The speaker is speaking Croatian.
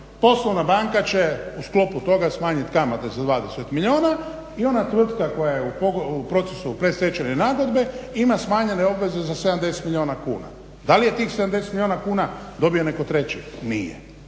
Poslovna banka će u sklopu toga smanjiti kamate za 20 milijuna i ona tvrtka koja je u procesu predstečajne nagodbe ima smanjene obveze za 70 milijuna kuna. Da li je tih 70 milijuna kuna dobio netko treći, nije.